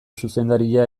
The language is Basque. zuzendaria